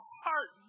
heart